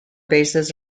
bases